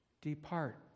Depart